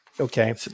okay